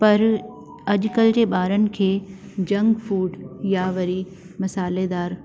पर अॼुकल्ह जे ॿारनि खे जंक फूड या वरी मसालेदार